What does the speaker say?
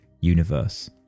universe